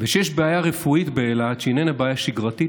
וכשיש בעיה רפואית באילת שהיא איננה בעיה שגרתית,